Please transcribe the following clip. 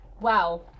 Wow